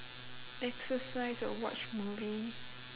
exercise and watch movie